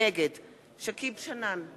נגד שכיב שנאן,